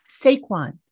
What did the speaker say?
Saquon